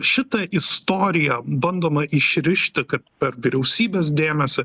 šitą istoriją bandoma išrišti kad per vyriausybės dėmesį